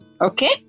okay